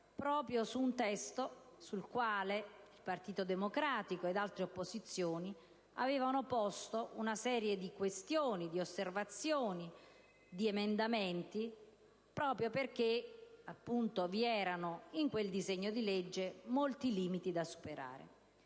proprio su un testo, sul quale il Partito Democratico ed altre opposizioni avevano formulato osservazioni ed emendamenti proprio perché appunto vi erano in quel disegno di legge molti limiti da superare.